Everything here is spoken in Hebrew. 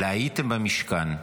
אלא הייתם במשכן,